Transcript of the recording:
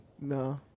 No